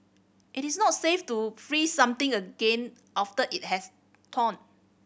it is not safe to freeze something again after it has thawed